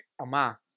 Ama